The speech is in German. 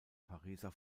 pariser